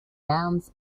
nouns